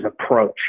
approach